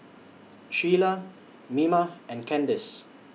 Shiela Mima and Kandice